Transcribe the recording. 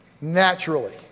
naturally